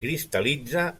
cristal·litza